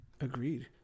Agreed